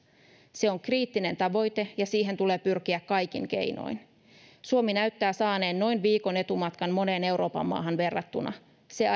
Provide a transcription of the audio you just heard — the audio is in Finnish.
se on kriittinen tavoite ja siihen tulee pyrkiä kaikin keinoin suomi näyttää saaneen noin viikon etumatkan moneen euroopan maahan verrattuna se